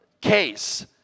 case